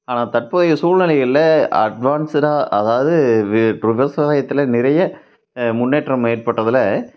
ஆனால் தற்போதைய சூழ்நிலைகளில் அட்வான்ஸ்டாக அதாவது விவசாயத்தில் நிறைய முன்னேற்றம் ஏற்பட்டதில்